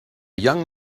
young